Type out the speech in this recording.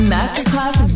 Masterclass